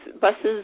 buses